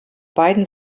beiden